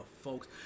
folks